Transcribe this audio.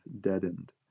deadened